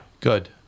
Good